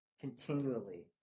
continually